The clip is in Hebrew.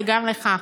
זה גם לך.